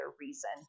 reason